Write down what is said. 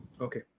Okay